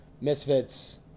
misfits